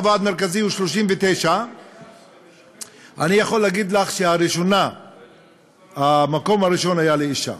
הוועד המרכזי הוא 39. אני יכול לומר לך שהמקום הראשון היה לאישה,